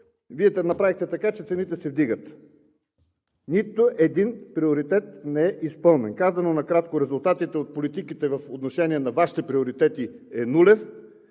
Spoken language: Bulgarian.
Вие направихте така, че цените се вдигат. Нито един приоритет не е изпълнен. Казано накратко, резултатът от политиките по отношение на Вашите приоритети е нулев.